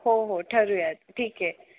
हो हो ठरवूयात ठीक आहे